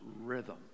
rhythm